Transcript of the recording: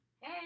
hey